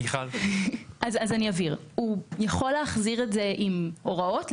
הוא יכול להחזיר את זה עם הוראות.